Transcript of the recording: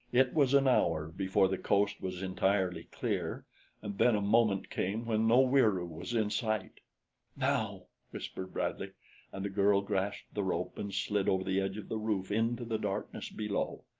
it was an hour before the coast was entirely clear and then a moment came when no wieroo was in sight. now! whispered bradley and the girl grasped the rope and slid over the edge of the roof into the darkness below.